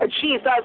Jesus